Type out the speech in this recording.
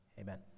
amen